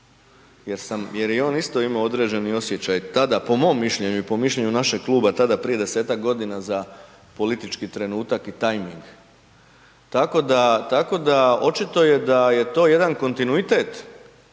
jer je on isto imao određeni osjećaj, tada, po mom mišljenju i po mišljenju našeg kluba, tada, prije 10-tak godina za politički trenutak i tajming. Tako da, tako da, očito je da je to jedan kontinuitet